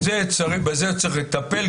בזה צריך לטפל,